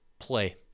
play